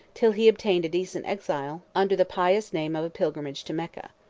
till he obtained a decent exile, under the pious name of a pilgrimage to mecca.